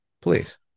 please